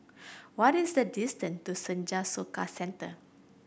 what is the distance to Senja Soka Centre